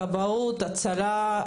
כבאות והצלה,